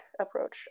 approach